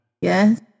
Yes